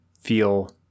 feel